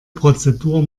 prozedur